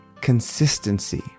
consistency